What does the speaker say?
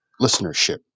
listenership